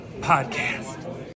podcast